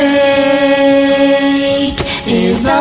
a